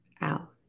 out